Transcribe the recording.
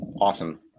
awesome